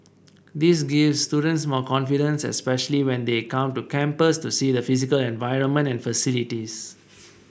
this gives students more confidence especially when they come to campus to see the physical environment and facilities